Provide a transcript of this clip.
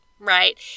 Right